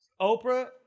Oprah